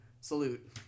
salute